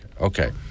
Okay